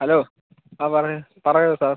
hello ആ പറ പറയൂ സാർ